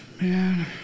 man